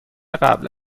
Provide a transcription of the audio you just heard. قبل